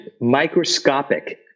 microscopic